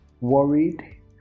worried